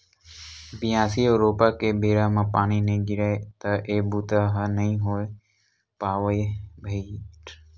बियासी अउ रोपा के बेरा म पानी नइ गिरय त ए बूता ह नइ हो पावय भइर